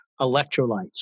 electrolytes